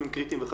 האיזון הזה,